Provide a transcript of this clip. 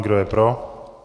Kdo je pro?